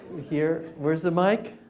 here, where's the mic.